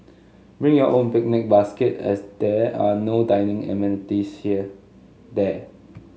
bring your own picnic basket as there are no dining amenities there